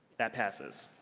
that passes.